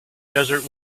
desert